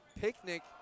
Picnic